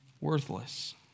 worthless